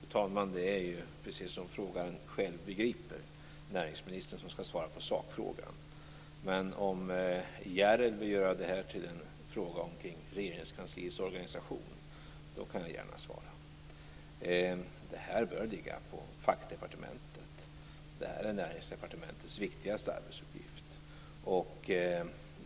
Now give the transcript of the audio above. Fru talman! Det är ju, precis som frågeställaren själv begriper, näringsministern som skall svara på sakfrågan, men om Järrel vill göra det här till en fråga om Regeringskansliets organisation, kan jag gärna svara. Det här bör åligga fackdepartementet. Detta är Näringsdepartementets viktigaste arbetsuppgift.